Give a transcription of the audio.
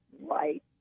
right